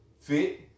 fit